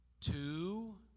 two